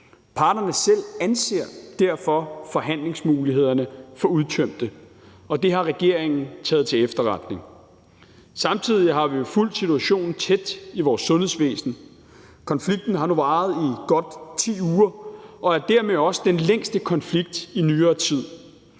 Parterne selv anser derfor forhandlingsmulighederne for udtømte, og det har regeringen taget til efterretning. Samtidig har vi jo fulgt situationen tæt i vores sundhedsvæsen. Konflikten har nu varet i godt 10 uger og er dermed også den længste konflikt i nyere tid,